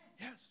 Yes